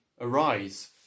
Arise